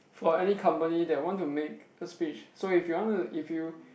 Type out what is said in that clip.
or any company that want to make a speech so if you want to if you